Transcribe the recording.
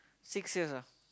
six years ah